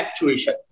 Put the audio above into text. actuation